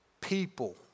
people